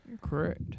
correct